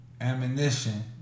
ammunition